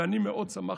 ואני מאוד שמחתי,